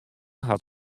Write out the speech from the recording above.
hat